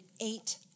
eight